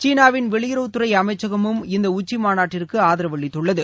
சீனாவின் வெளியுறவுத்துறை அமைச்சகமும் இந்த உச்சி மாநாட்டிற்கு ஆதரவு அளித்துள்ளது